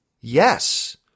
yes